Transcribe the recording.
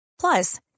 Plus